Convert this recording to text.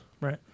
Right